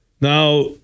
Now